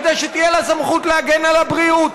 כדי שתהיה לה סמכות להגן על הבריאות,